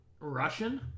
Russian